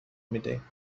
میدهیم